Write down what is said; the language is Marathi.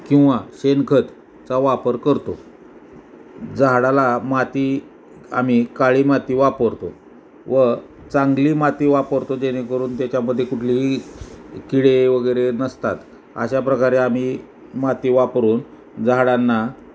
किंवा शेणखतचा वापर करतो झाडाला माती आम्ही काळी माती वापरतो व चांगली माती वापरतो जेणेकरून त्याच्यामध्ये कुठलीही किडे वगैरे नसतात अशा प्रकारे आम्ही माती वापरून झाडांना